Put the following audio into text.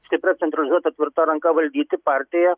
stipria centralizuota tvirta ranka valdyti partiją